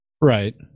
Right